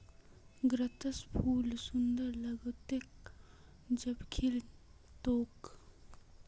गत्त्रर फूल सुंदर लाग्तोक जब खिल तोक